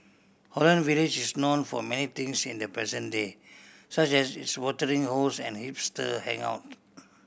Holland Village is known for many things in the present day such as its watering holes and hipster hangout